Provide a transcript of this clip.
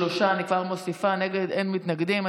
שלושה, אין מתנגדים.